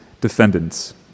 defendants